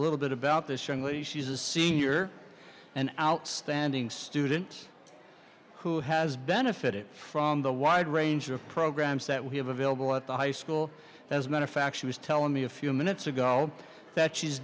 little bit about this young lady she's a senior an outstanding student who has benefited from the wide range of programs that we have available at the high school as manufacturers telling me a few minutes ago that she's